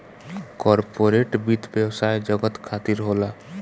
corporate वित्त व्यवसाय जगत खातिर होला